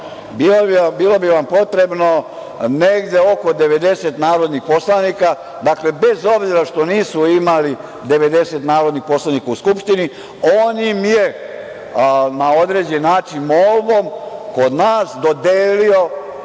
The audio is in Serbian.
bilo bi vam potrebno negde oko 90 narodnih poslanika. Dakle, bez obzira što nisu imali 90 narodnih poslanika u Skupštini, on im je na određen način, molbom, kod nas, dodelio